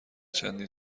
چندین